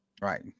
Right